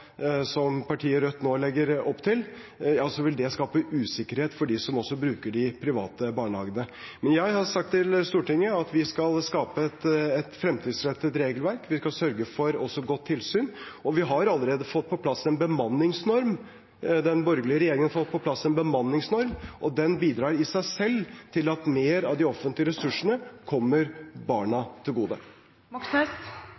som partiet Rødt nå legger opp til, vil det skape usikkerhet for dem som bruker de private barnehagene. Men jeg har sagt til Stortinget at vi skal skape et fremtidsrettet regelverk. Vi skal også sørge for godt tilsyn. Den borgerlige regjeringen har allerede fått på plass en bemanningsnorm, og den bidrar i seg selv til at mer av de offentlige ressursene kommer